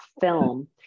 film